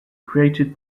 created